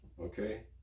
Okay